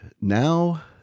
now